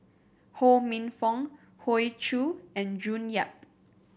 Ho Minfong Hoey Choo and June Yap